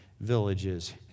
villages